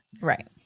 right